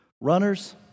Runners